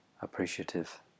appreciative